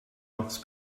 offs